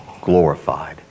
glorified